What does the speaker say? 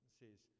says